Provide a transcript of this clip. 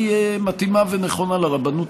היא מתאימה ונכונה לרבנות,